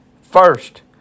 First